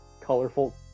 colorful